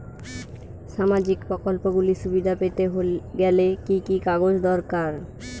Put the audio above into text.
সামাজীক প্রকল্পগুলি সুবিধা পেতে গেলে কি কি কাগজ দরকার?